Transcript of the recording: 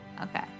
Okay